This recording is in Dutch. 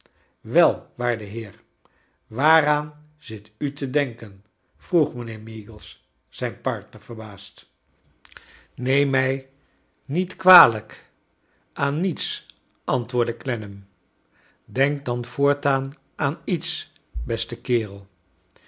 wel waarde heer waaraan zit u te denken vroegmijnheer meagles zij a partner verbaasd kleins dorrit neem mij niet kwalijk aan niets antwoordde clennam denk dan voortaan aan iets beste kerel